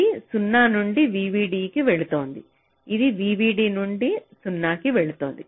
ఇది 0 నుండి VDD కి వెళుతోంది ఇది VDD నుండి 0 కి వెళుతుంది